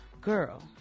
Girl